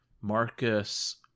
Marcus